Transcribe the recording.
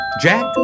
Jack